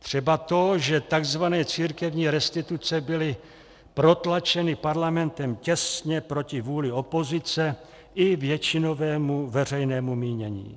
Třeba to, že tzv. církevní restituce byly protlačeny Parlamentem těsně proti vůli opozice i většinovému veřejnému mínění.